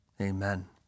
amen